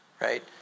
right